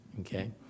Okay